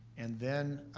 and then